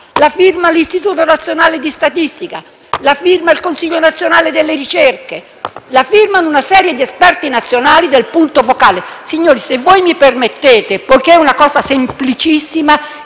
sanità, l'Istituto nazionale di statistica, il Consiglio nazionale delle ricerche e una serie di esperti nazionali del Punto focale. Signori, se me lo permettete, poiché è una cosa semplicissima,